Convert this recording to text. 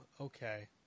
Okay